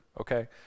Okay